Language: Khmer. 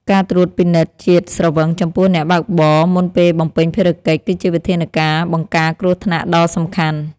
ការត្រួតពិនិត្យជាតិស្រវឹងចំពោះអ្នកបើកបរមុនពេលបំពេញភារកិច្ច គឺជាវិធានការបង្ការគ្រោះថ្នាក់ដ៏សំខាន់។